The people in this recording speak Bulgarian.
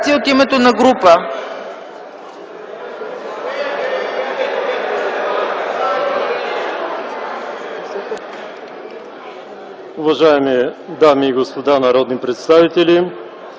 от името на група.